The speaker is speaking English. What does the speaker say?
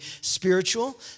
spiritual